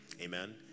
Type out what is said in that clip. Amen